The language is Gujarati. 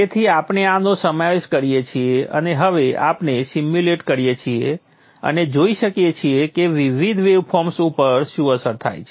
તેથી આપણે આનો સમાવેશ કરીએ છીએ અને હવે આપણે સિમુલેટ કરીએ છીએ અને જોઈ શકીએ છીએ કે વિવિધ વેવફોર્મ્સ ઉપર શું અસર થાય છે